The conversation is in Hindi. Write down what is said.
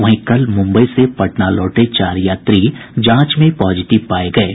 वहीं कल मुम्बई से पटना लौटे चार यात्री जांच में पॉजिटिव पाये गये हैं